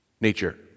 nature